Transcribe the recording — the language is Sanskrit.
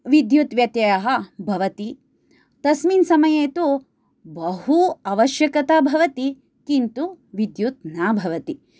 विद्युत् व्यत्ययः भवति तस्मिन् समये तु बहु आवश्यकता भवति किन्तु विद्युत् न भवति